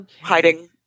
hiding